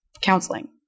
counseling